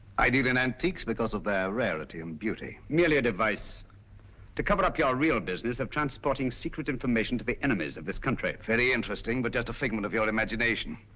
i deal in antiques because of their rarity and beauty. merely a device to cover up your real business of transporting secret information to the enemies of this country. very interesting but just a figment of your imagination.